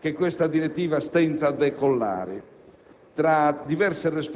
che questa direttiva stenta a decollare